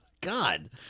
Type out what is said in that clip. God